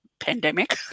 pandemic